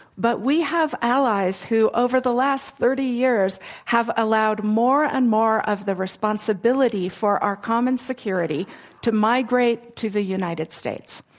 but we have allies who over the last thirty years have allowed more and more of the responsibility for our common security to migrate to the united states.